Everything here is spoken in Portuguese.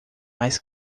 mas